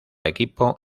equipo